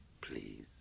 Please